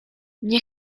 nie